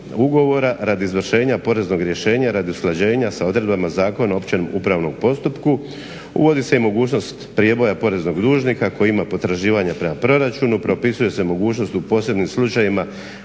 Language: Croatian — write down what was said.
ugovora radi izvršenja poreznog rješenja i radi usklađenja sa odredbama Zakona o općem upravnom postupku, uvodi se i mogućnost prijeboja poreznog dužnika koji ima potraživanja prema proračunu. Propisuje se mogućnost u posebnim slučajevima